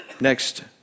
next